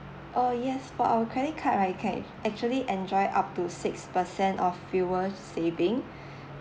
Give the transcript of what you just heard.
oh yes for our credit card right you can actually enjoy up to six per cent of fuel saving